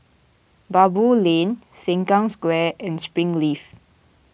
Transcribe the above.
Baboo Lane Sengkang Square and Springleaf